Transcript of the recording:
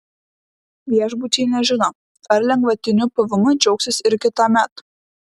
viešbučiai nežino ar lengvatiniu pvm džiaugsis ir kitąmet